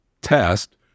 test